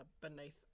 beneath